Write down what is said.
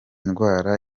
ndwara